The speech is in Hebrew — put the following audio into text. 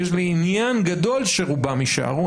יש לי עניין גדול שרובם יישארו,